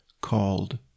called